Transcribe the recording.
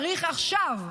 צריך עכשיו,